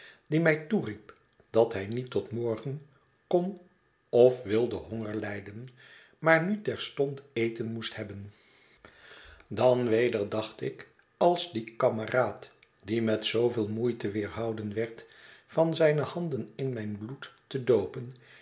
die mij toeriep dat hij niet tot morgen kon of wilde honger lijden maar nu terstond eten moest hebben dan weder dacht ik als die kameraad die met zooveel moeite weerhouden werd van zijne handen in mijn bloed te doopen